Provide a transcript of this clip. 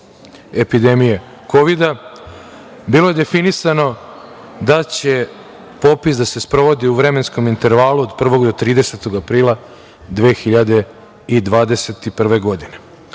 epidemije kovida, bilo je definisano da će popis da se sprovodi u vremenskom intervalu od 1. do 30. aprila 2021.